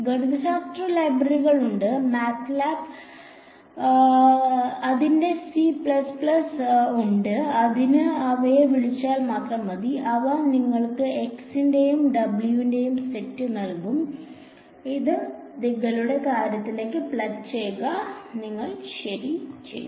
ഗണിതശാസ്ത്ര ലൈബ്രറികൾ ഉണ്ട് MATLAB ൽ അതിന്റെ C ഉണ്ട് അത് അവയെ വിളിച്ചാൽ മാത്രം മതി അവ നിങ്ങൾക്ക് x ന്റെയും w യുടെയും സെറ്റ് നൽകും ഇത് നിങ്ങളുടെ കാര്യത്തിലേക്ക് പ്ലഗ് ചെയ്യുക നിങ്ങൾ ശരി ചെയ്തു